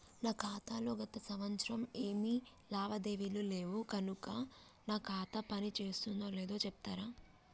నా ఖాతా లో గత సంవత్సరం ఏమి లావాదేవీలు లేవు కనుక నా ఖాతా పని చేస్తుందో లేదో చెప్తరా?